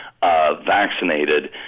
vaccinated